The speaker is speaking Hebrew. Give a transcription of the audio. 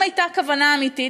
אם הייתה כוונה אמיתית,